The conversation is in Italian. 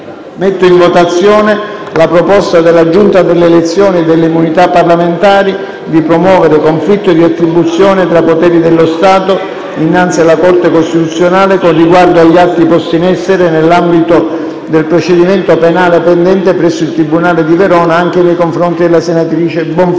simultaneo della proposta della Giunta delle elezioni e delle immunità parlamentari di promuovere conflitto di attribuzione tra poteri dello Stato dinanzi alla Corte costituzionale, con riguardo agli atti posti in essere nell'ambito del procedimento penale pendente presso il tribunale di Verona anche nei confronti della senatrice Bonfrisco.